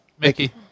Mickey